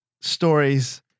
stories